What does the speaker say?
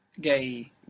Gay